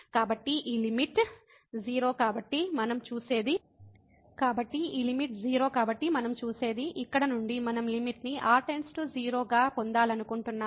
కాబట్టి ఈ లిమిట్ 0 కాబట్టి మనం చూసేది ఇక్కడ నుండి మనం పరిమితిని r→0 గా పొందాలనుకుంటున్నాము